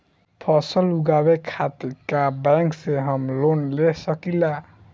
फसल उगावे खतिर का बैंक से हम लोन ले सकीला?